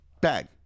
bag